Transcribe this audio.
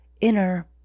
inner